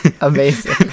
Amazing